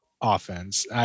Offense